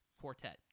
quartet